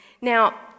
Now